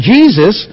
Jesus